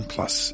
Plus